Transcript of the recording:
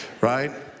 right